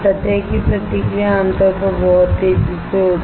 सतह की प्रतिक्रिया आमतौर पर बहुत तेजी से होती है